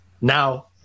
Now